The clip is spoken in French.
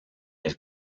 elle